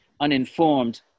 uninformed